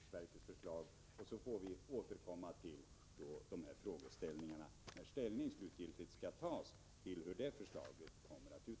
Sedan får vi återkomma till de här frågorna när ställning slutgiltigt skall tas till förslaget.